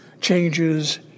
changes